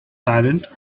silent